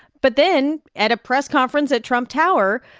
but then at a press conference at trump tower,